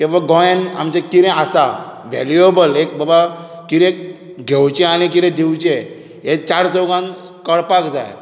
किंवा गोंयांत आमच्या कितें आसा व्हेलूयेबल एक बाबा कितें घेवचें आनी कितें दिवचें हें चार चौगांत कळपाक जाय